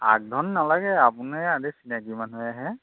আগ ধন নালাগে আপুনি আগে চিনাকী মানুহ হে